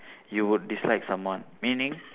you would dislike someone meaning